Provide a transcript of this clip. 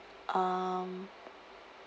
um